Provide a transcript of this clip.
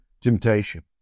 temptation